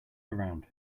around